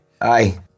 Aye